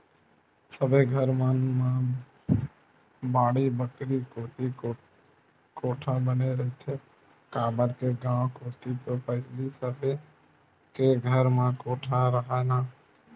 सबे घर मन म बाड़ी बखरी कोती कोठा बने रहिथे, काबर के गाँव कोती तो पहिली सबे के घर म कोठा राहय ना